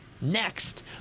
next